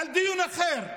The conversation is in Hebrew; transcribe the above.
דיון אחר,